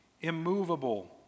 immovable